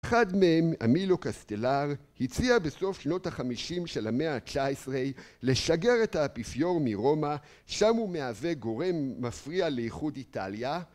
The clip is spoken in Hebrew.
אחד מהם, אמילו קסטלר, הציע בסוף שנות החמישים של המאה ה-19 לשגר את האפיפיור מרומא, שם הוא מהווה גורם מפריע לאיחוד איטליה.